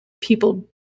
people